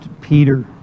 Peter